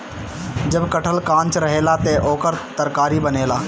जब कटहल कांच रहेला त ओकर तरकारी बनेला